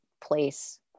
place